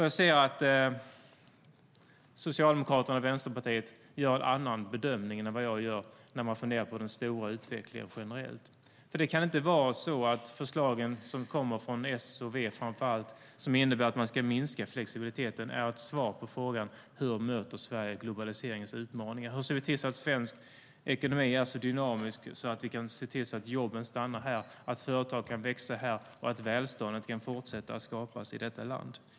Jag ser att Socialdemokraterna och Vänsterpartiet gör en annan bedömning än vad jag gör när man funderar på den stora utvecklingen generellt. Det kan inte vara så att de förslag som kommer från S och V, framför allt, och som innebär att man ska minska flexibiliteten är ett svar på frågan: Hur möter Sverige globaliseringens utmaningar? Hur ser vi till att svensk ekonomi är så dynamisk att vi kan se till att jobben stannar här, att företag kan växa här och att välståndet kan fortsätta att skapas i detta land?